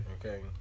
Okay